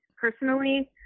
personally